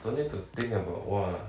don't have to think about what